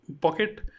pocket